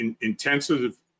intensive